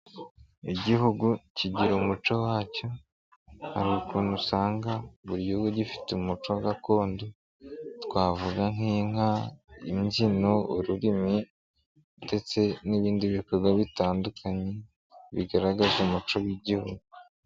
Igihugu kigira umuco wacyo hari ukuntu usanga buri gihugu gifite umuco gakondo twavuga nk'inka, imbyino, ururimi ndetse n'ibindi bikorwa bitandukanye bigaragaza umuco w'igihugu.